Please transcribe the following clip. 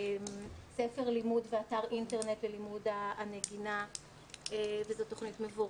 ספר לימוד ואתר אינטרנט ללימוד הנגינה וזאת תוכנית מבורכת.